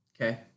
Okay